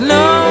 no